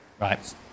Right